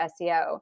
SEO